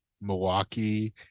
Milwaukee